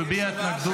הוא הביע התנגדות.